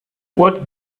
what